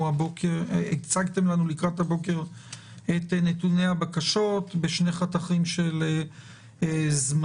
הצגתם לנו לקראת הבוקר את נתוני הבקשות בשני חתכים של זמנים,